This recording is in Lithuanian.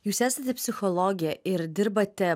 jūs esate psichologė ir dirbate